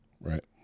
right